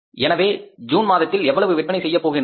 எனவே ஜூன் மாதத்தில் எவ்வளவு விற்பனை செய்யப் போகின்றோம்